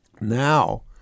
Now